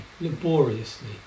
laboriously